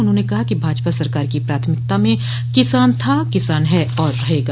उन्होंने कहा कि भाजपा सरकार की प्राथमिकता में किसान था किसान है और रहेगा